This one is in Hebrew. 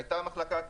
הייתה מחלקה טכנית,